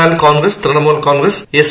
എന്നാൽ കോൺഗ്രസ് തൃണമൂൽ കോൺഗ്രസ് എസ്